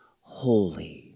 holy